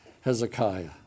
Hezekiah